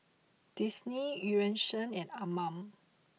Disney Eu Yan Sang and Anmum